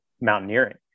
mountaineering